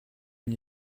une